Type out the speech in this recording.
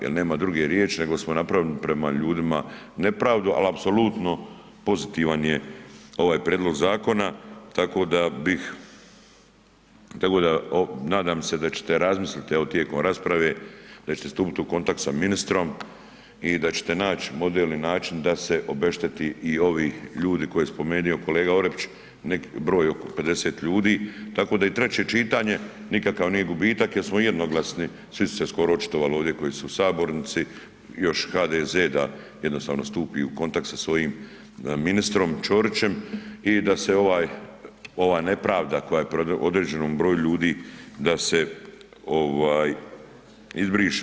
Jer nema druge riječi nego smo napravili prema ljudima nepravdu, ali apsolutno pozitivan je ovaj prijedlog zakona, tako da bih, tako da nadam se da ćete razmisliti, evo, tijekom rasprave, da ćete stupiti u kontakt sa ministrom i da ćete naći model i način da se obešteti i ovi ljudi koje je spomenuo kolega Orepić, broj oko 50 ljudi, tako da i treće čitanje nikakav nije gubitak jer smo jednoglasni, svi su se skoro očitovali ovdje koji su u sabornici, još HDZ da jednostavno stupi u kontakt sa svojim ministrom Čorićem i da se ovaj, ova nepravda koja je određenom broju ljudi da se izbriše.